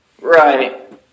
Right